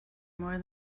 more